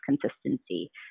consistency